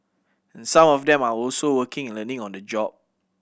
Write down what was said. some of them are also working and learning on the job